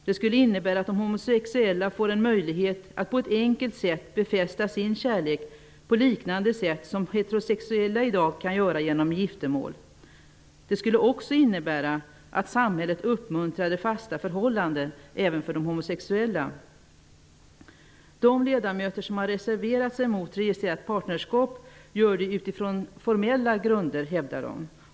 Det skulle innebära att de homosexuella får en möjlighet att på ett enkelt sätt befästa sin kärlek på liknande sätt som heterosexuella i dag kan göra genom giftermål. Det skulle också innebär att samhället uppmuntrar fasta förhållanden även för homosexuella. De ledamöter som har reserverat sig mot registrerat partnerskap gör det utifrån formella grunder, hävdar de.